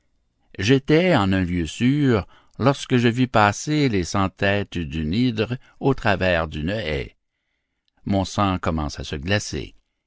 j'étais en un lieu sûr lorsque je vis passer les cent têtes d'une hydre au travers d'une haie mon sang commence à se glacer